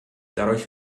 dadurch